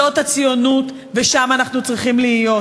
זאת הציונות, ושם אנחנו צריכים להיות.